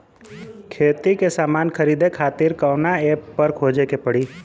खेती के समान खरीदे खातिर कवना ऐपपर खोजे के पड़ी?